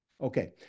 Okay